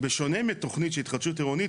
אבל בשונה מתוכנית של התחדשות עירונית,